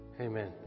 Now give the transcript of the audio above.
Amen